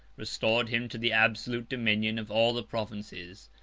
restored him to the absolute dominion of all the provinces,